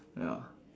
ya